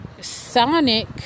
Sonic